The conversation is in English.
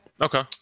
Okay